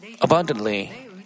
abundantly